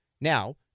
Now